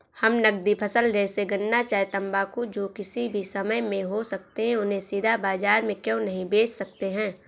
हम नगदी फसल जैसे गन्ना चाय तंबाकू जो किसी भी समय में हो सकते हैं उन्हें सीधा बाजार में क्यो नहीं बेच सकते हैं?